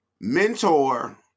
Mentor